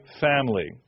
family